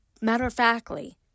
matter-of-factly